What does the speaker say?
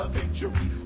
victory